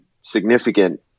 significant